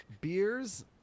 Beers